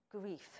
grief